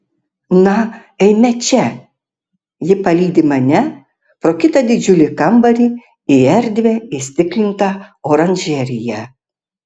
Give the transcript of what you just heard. na eime čia ji palydi mane pro kitą didžiulį kambarį į erdvią įstiklintą oranžeriją